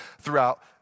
throughout